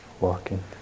walking